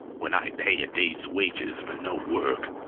when i pay a day's wages for no work.